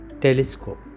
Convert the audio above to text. telescope